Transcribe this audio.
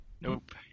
Nope